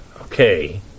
Okay